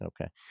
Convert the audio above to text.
Okay